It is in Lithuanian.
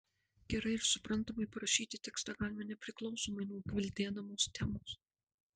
gerai ir suprantamai parašyti tekstą galima nepriklausomai nuo gvildenamos temos